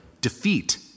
defeat